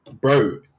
Bro